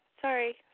sorry